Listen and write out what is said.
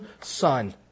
Son